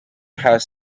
has